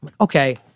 Okay